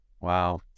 Wow